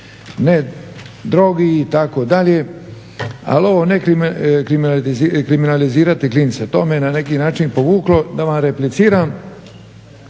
ne drogi itd. Ali ovo ne kriminalizirati klince to me je na neki način povuklo da vam repliciram.